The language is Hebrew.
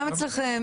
גם אצלכם.